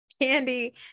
Candy